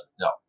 No